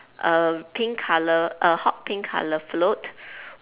a pink colour a hot pink colour float